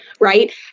Right